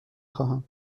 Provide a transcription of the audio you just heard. خواهم